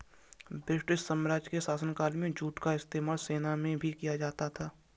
British साम्राज्य के शासनकाल में जूट का इस्तेमाल सेना में भी किया जाता था